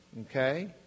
Okay